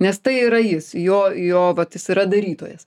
nes tai yra jis jo jo vat jis yra darytojas